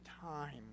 time